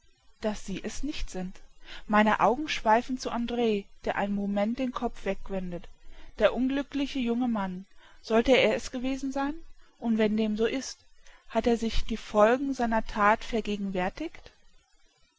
daß sie es nicht sind meine augen schweifen zu andr der einen moment den kopf wegwendet der unglückliche junge mann sollte er es gewesen sein und wenn dem so ist hat er sich die folgen seiner that vergegenwärtigt